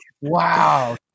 wow